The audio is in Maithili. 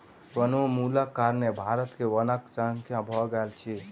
वनोन्मूलनक कारण भारत में वनक संख्या कम भ गेल अछि